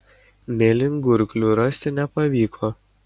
mėlyngurklių rasti nepavyko